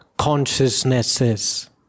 Consciousnesses